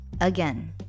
Again